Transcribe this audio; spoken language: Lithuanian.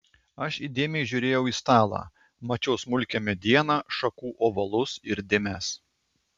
aš įdėmiai žiūrėjau į stalą mačiau smulkią medieną šakų ovalus ir dėmes